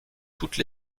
toutes